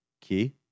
key